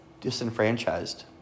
Disenfranchised